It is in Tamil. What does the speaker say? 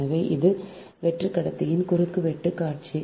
எனவே இது வெற்று கடத்தியின் குறுக்குவெட்டு காட்சி